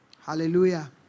hallelujah